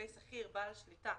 שכיר בעל שליטה